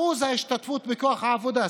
אחוז ההשתתפות בכוח העבודה,